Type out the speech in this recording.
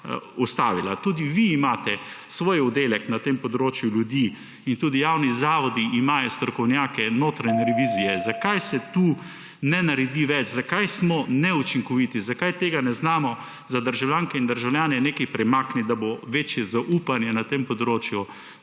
ustavila. Tudi vi imate svoj oddelek na tem področju, ljudi in tudi javni zavodi imajo strokovnjake notranje revizije. Zakaj se tu ne naredi več? Zakaj smo neučinkoviti? Zakaj tega ne znamo za državljanke in državljane premakniti, da bo večje zaupanje na tem področju;